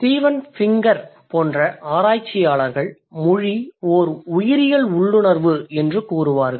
Steven Pinker போன்ற ஆராய்ச்சியாளர்கள் மொழி ஓர் 'உயிரியல் உள்ளுணர்வு' என்று கூறுவார்கள்